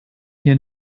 hier